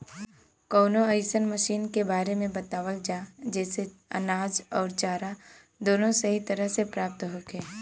कवनो अइसन मशीन के बारे में बतावल जा जेसे अनाज अउर चारा दोनों सही तरह से प्राप्त होखे?